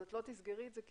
את לא תסגרי את זה.